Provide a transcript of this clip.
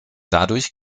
dadurch